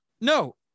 No